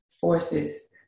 forces